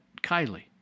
Kylie